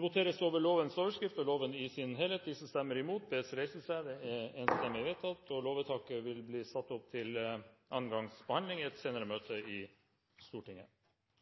voteres over lovens overskrift og loven i sin helhet. Lovvedtaket vil bli ført opp til annen gangs behandling i et senere møte i Stortinget.